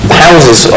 houses